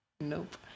Nope